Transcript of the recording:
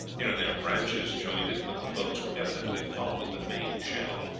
here and there branches joined it, but the boats were evidently following the main channel.